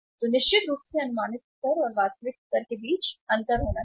तो निश्चित रूप से अनुमानित स्तर और वास्तविक स्तर के बीच अंतर होना चाहिए